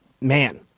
man